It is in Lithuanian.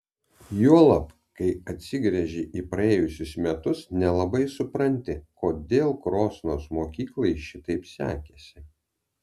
juolab kai atsigręži į praėjusius metus nelabai supranti kodėl krosnos mokyklai šitaip sekėsi